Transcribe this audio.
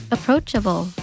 Approachable